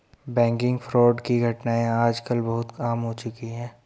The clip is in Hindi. बैंकिग फ्रॉड की घटनाएं आज कल बहुत आम हो चुकी है